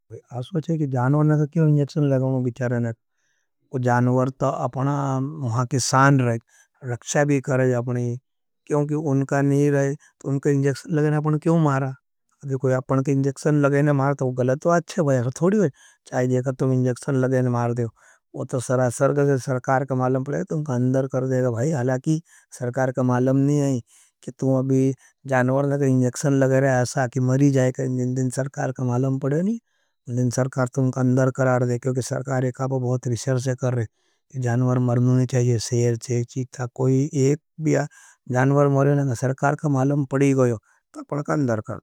आप सोचे कि जानुवर ने का क्यों इंजेक्शन लगान। वो बिचार है न। जानुवर तो अपना महा किसान रहे, रक्षय भी करेगा अपनी। क्योंकि उनका नहीं रहे, तो उनका इंजेक्शन लगे ने अपना क्यों मारा। अभी कोई अपने को इन्जेक्शन लगा के मारे गलत बात छे। हलकी सरकार को मालूम छे नी। जिस दिन मालूम पड़े नी उस दिन अंदर कर दिए। अगर सरकार कु मालूम पद गयो तो उस दिन।